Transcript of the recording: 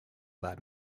that